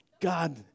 God